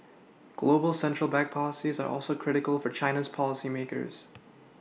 global central bank policies are also critical for China's policy makers